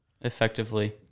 effectively